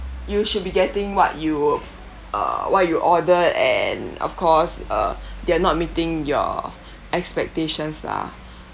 you should be getting what you uh what you ordered and of course uh they're not meeting your expectations lah